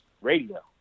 radio